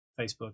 Facebook